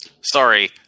sorry